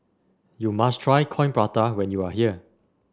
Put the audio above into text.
you must try Coin Prata when you are here